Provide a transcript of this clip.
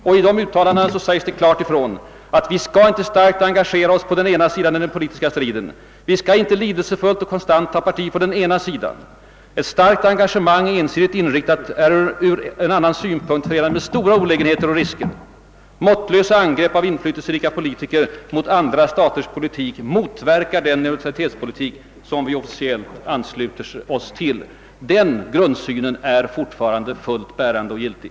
Och i dessa uttalanden sägs det klart ifrån, att vi inte skall starkt engagera oss på den ena sidan i den politiska striden, att vi inte skall lidelsefullt och konstant ta parti för den ena sidan, »ett starkt engagemang, ensidigt inriktat, är ur en annan synpunkt förenat med olägenheter och risker». ——— »Måttlösa angrepp av inflytelserika politiker mot andra staters politik motverkar den neutralitetspolitik som vi officiellt ansluter oss till.» Den grundsynen är fortfarande fullt bärande och giltig.